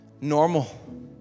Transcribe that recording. normal